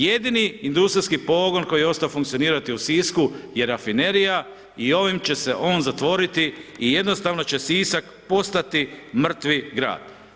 Jedini industrijski pogon koji je ostao funkcionirati u Sisku je rafinerija i ovim će se on zatvoriti i jednostavno će Sisak postati mrtvi grad.